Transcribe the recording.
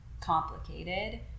complicated